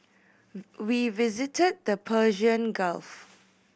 we visited the Persian Gulf